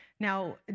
Now